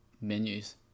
menus